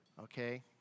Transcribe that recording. Okay